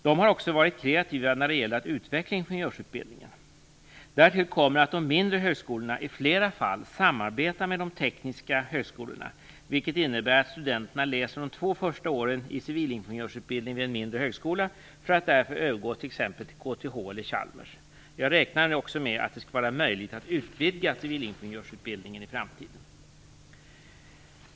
De har varit kreativa vad gäller att utveckla ingenjörsutbildningen, t.ex. i Eskilstuna. Därtill kommer att de mindre högskolorna i flera fall samarbetar med de tekniska högskolorna, vilket innebär att studenterna läser de två första åren i civilingenjörsutbildningen vid en mindre högskola för att därefter övergå till t.ex. KTH eller Chalmers. Jag räknar också med att det skall vara möjligt att utvidga civilingenjörsutbildningen i framtiden.